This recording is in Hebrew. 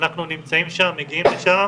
אנחנו נמצאים שם, מגיעים לשם